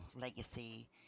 legacy